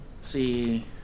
see